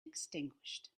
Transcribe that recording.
extinguished